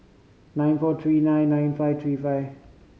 nine four three nine nine five three five